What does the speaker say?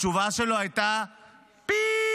התשובה שלו הייתה "ביפ".